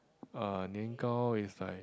uh Nian-Gao is like